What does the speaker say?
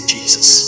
Jesus